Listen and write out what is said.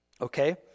okay